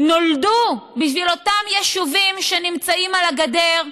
נולדו בשביל אותם יישובים שנמצאים על הגדר,